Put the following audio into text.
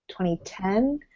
2010